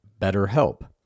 BetterHelp